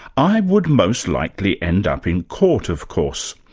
i would most likely end up in court, of course,